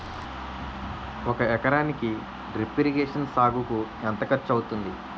ఒక ఎకరానికి drip irrigation సాగుకు ఎంత ఖర్చు అవుతుంది?